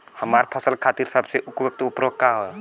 हमार फसल खातिर सबसे उपयुक्त उर्वरक का होई?